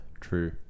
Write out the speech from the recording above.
true